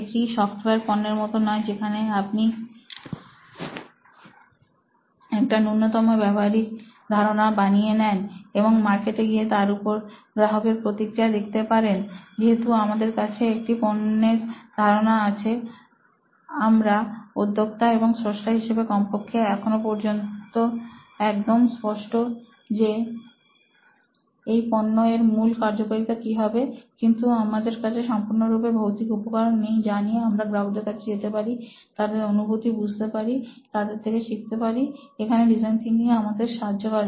এটি সফটওয়্যার পণ্যের মত নয় যেখানে আপনি একটা ন্যূনতম ব্যবহারিক ধারণা বানিয়ে নেন এবং মার্কেটে গিয়ে তার উপর গ্রাহকের প্রতিক্রিয়া দেখতে পারেন যেহেতু আমাদের কাছে একটা পণ্যের ধারণা আছে আমরা উদ্যোক্তা এবং স্রষ্টা হিসেবে কমপক্ষে এখনো পর্যন্ত একদম স্পষ্ট যে এই পণ্য এর মূল কার্যকারিতা কি হবে কিন্তু আমাদের কাছে সম্পূর্ণরূপে ভৌতিক উপকরণ নেই যা নিয়ে আমরা গ্রাহকের কাছে যেতে পারি তাদের অনুভূতি বুঝতে পারি তাদের থেকে শিখতে পারি এখানে ডিজাইন থিনকিং আমাদের সাহায্য করে